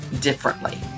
differently